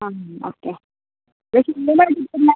ആ ഓക്കെ